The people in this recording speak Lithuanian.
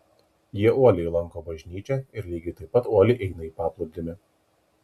jie uoliai lanko bažnyčią ir lygiai taip pat uoliai eina į paplūdimį